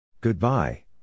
Goodbye